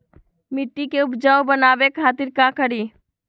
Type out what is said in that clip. मिट्टी के उपजाऊ बनावे खातिर का करी?